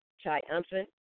triumphant